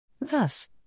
Thus